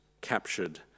captured